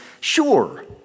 sure